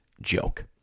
Joke